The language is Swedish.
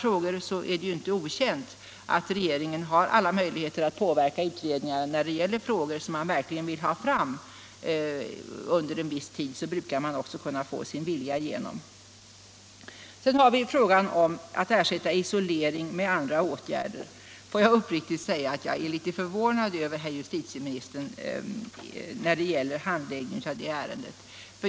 Det är inte okänt — det har visat sig i andra frågor — att regeringen = riksdagens uttalanhar alla möjligheter att påverka utredningar i detta avseende. När det — den gäller frågor som man verkligen vill ha fram inom viss tid brukar man också kunna få sin vilja igenom. Sedan har vi frågan om möjligheterna att ersätta isolering med andra åtgärder. Låt mig uppriktigt säga att jag är något förvånad över justitieministerns handläggning av det ärendet.